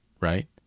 Right